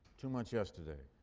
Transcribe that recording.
too much yesterday,